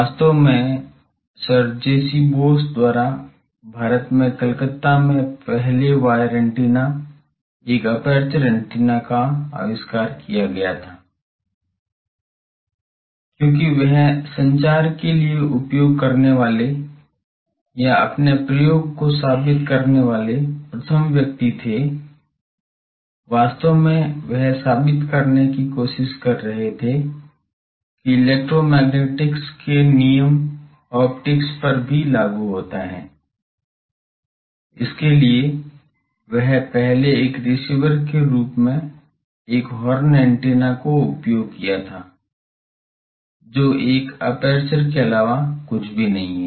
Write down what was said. वास्तव में sir J C Bose Sir JC Bose द्वारा भारत में कलकत्ता में पहले वायर एंटीना एक एपर्चर एंटीना का भी आविष्कार किया गया था क्योंकि वह संचार के लिए उपयोग करने वाले या अपने प्रयोग को साबित करने वाले प्रथम व्यक्ति थे वास्तव में वह साबित करने की कोशिश कर रहे थे कि इलेक्ट्रोमैग्नेटिक्स के नियम ऑप्टिक्स पर भी लागू होता है और इसके लिए वह पहले एक रिसीवर के रूप में एक हॉर्न एंटीना को उपयोग किया था जो एक एपर्चर के अलावा कुछ भी नहीं है